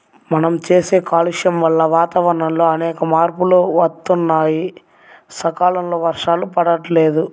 మనం చేసే కాలుష్యం వల్ల వాతావరణంలో అనేకమైన మార్పులు వత్తన్నాయి, సకాలంలో వర్షాలు పడతల్లేదు